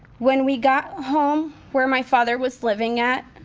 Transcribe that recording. when we got home where my father was living at,